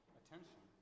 attention